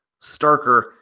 starker